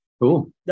cool